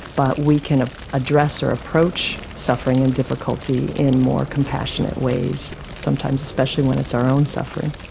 but we can ah address or approach suffering and difficulty in more compassionate ways, sometimes especially when it's our own suffering.